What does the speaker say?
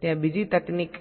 ત્યાં બીજી તકનીક